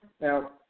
Now